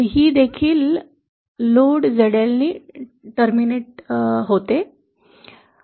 हे देखील load ZL द्वारे संपुष्टात आणले जाते